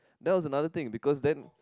that was another thing because then